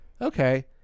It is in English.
okay